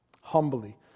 humbly